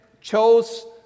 chose